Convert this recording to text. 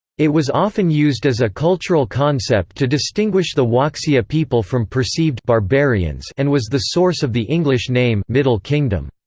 it was often used as a cultural concept to distinguish the huaxia people from perceived barbarians and was the source of the english name middle kingdom.